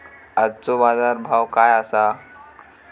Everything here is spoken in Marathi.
आजचो बाजार भाव काय आसा?